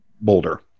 Boulder